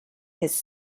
his